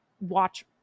watch